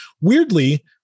weirdly